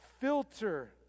filter